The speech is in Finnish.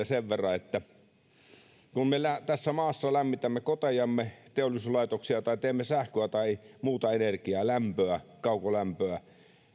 sen verran että kun me tässä maassa lämmitämme kotejamme teollisuuslaitoksia tai teemme sähköä tai muuta energiaa lämpöä kaukolämpöä